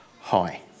hi